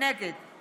נגד